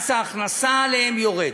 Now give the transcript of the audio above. מס ההכנסה עליהם יורד.